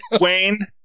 Wayne